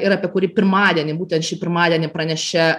ir apie kurį pirmadienį būtent šį pirmadienį pranešė